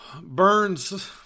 Burns